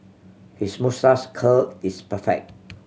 his moustache curl is perfect